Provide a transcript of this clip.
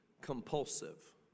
compulsive